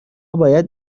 باید